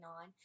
on